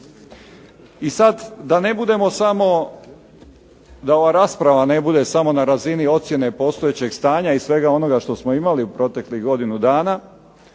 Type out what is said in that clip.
I sad da ne budemo samo, da ova rasprava ne bude samo na razini ocjene postojećeg stanja i svega onoga što smo imali u proteklih godinu dana,